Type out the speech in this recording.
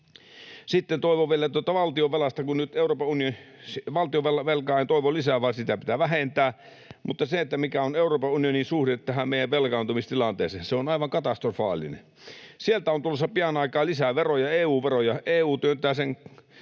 Sitten toivon vielä valtionvelasta: Valtionvelkaa en toivo lisää, vaan sitä pitää vähentää, mutta mikä on Euroopan unionin suhde tähän meidän velkaantumistilanteeseen? Se on aivan katastrofaalinen. Sieltä on tulossa pian aikaa lisää veroja, EU-veroja. EU työntää sen